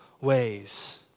ways